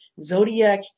zodiac